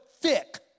thick